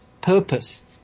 purpose